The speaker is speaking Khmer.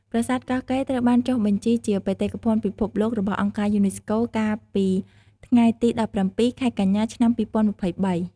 ប្រាសាទកោះកេរ្តិ៍ត្រូវបានចុះបញ្ជីជា បេតិកភណ្ឌពិភពលោករបស់អង្គការយូណេស្កូ កាលពីថ្ងៃទី ១៧ ខែកញ្ញា ឆ្នាំ២០២៣។